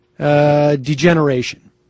Degeneration